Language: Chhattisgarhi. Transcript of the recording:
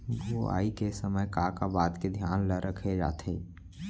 बुआई के समय का का बात के धियान ल रखे जाथे?